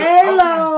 Hello